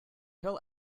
hill